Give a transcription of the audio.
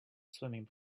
swimming